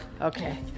Okay